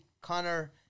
Connor